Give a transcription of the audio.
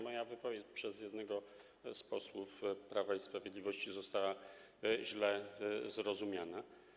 Moja wypowiedź przez jednego z posłów Prawa i Sprawiedliwości została źle zrozumiana.